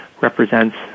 represents